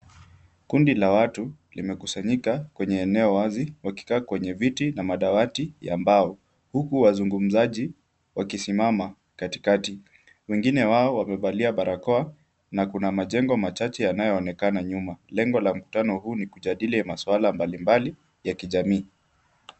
Kundi la watu limekusanyika kwenye eneo wazi wakikaa kwenye viti na madawati ya mbao ,huku wazungumzaji wakisimama katikati ,wengine wao wamevaa barakoa na kuna majengo machache yanayoonekana nyuma .Lengo la huu mkutano ni kujadili maswala mbalimbali ya kijamii.